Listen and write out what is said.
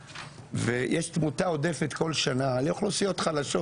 ויש תמותה עודפת כל שנה של אוכלוסיות חלשות,